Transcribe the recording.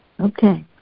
Okay